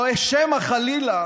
או שמא חלילה